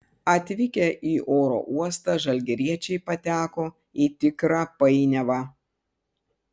atvykę į oro uostą žalgiriečiai pateko į tikrą painiavą